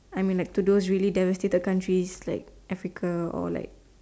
I'm in like to those really devastated countries like Africa or like